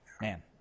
Man